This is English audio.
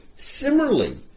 Similarly